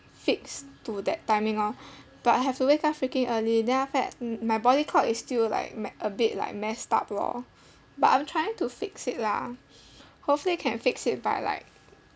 fixed to that timing lor but I have to wake up freaking early then after that m~ my body clock is still like me~ a bit like messed up lor but I'm trying to fix it lah hopefully can fix it by like